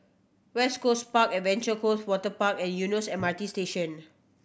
West Coast Park Adventure Cove Waterpark and Eunos M R T Station